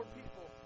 people